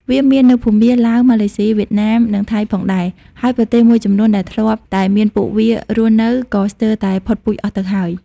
វាមាននៅភូមា ឡាវ ម៉ាឡេស៊ី វៀតណាម និងថៃផងដែរ ហើយប្រទេសមួយចំនួនដែលធ្លាប់តែមានពួកវារស់នៅ ក៏ស្ទើរតែផុតពូជអស់ទៅហើយ។